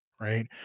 right